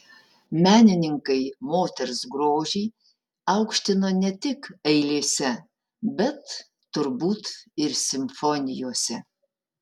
menininkai moters grožį aukštino ne tik eilėse bet turbūt ir simfonijose